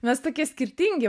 mes tokie skirtingi